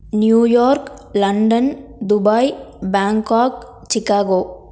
New York London Dubai Bangkok Chicago